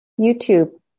YouTube